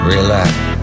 Relax